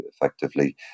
effectively